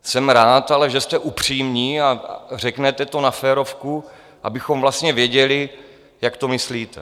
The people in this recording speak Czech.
Jsem rád ale, že jste upřímní a řeknete to na férovku, abychom věděli, jak to myslíte.